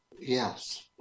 yes